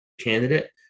candidate